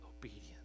obedience